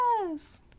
yes